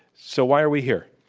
so why are we here?